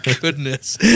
goodness